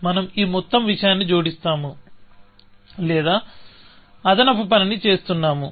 మనం ఈ మొత్తం విషయాన్ని జోడిస్తాము లేదా ఈ అదనపు పనిని చేస్తున్నాము